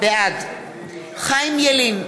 בעד חיים ילין,